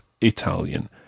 Italian